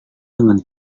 dengan